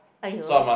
aiyoh